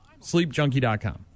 Sleepjunkie.com